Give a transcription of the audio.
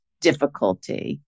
difficulty